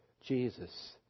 Jesus